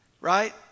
right